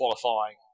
qualifying